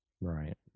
right